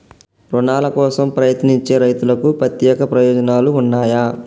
రుణాల కోసం ప్రయత్నించే రైతులకు ప్రత్యేక ప్రయోజనాలు ఉన్నయా?